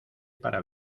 para